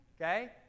Okay